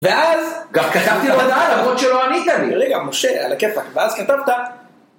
ואז גם כתבתי לו מטרה למרות שלא ענית לי. רגע, משה, על הכיפאק, ואז כתבת.